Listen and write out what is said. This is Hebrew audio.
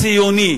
הציוני,